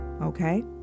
Okay